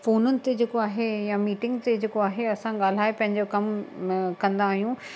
फ़ोनुनि ते जेको आहे या मीटिंग ते जेको आहे असां ॻाल्हाए पंहिंजो कमु कंदा आहियूं